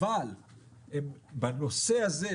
אבל בנושא הזה,